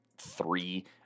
Three